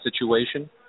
situation